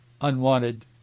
unwanted